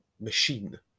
Machine